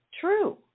true